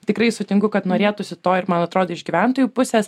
tikrai sutinku kad norėtųsi to ir man atrodė iš gyventojų pusės